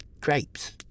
Grapes